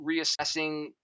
reassessing